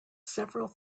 several